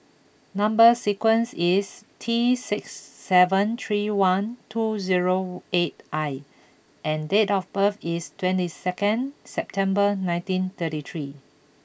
number sequence is T six seven three one two zero eight I and date of birth is twenty second September nineteen thirty three